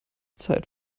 zeit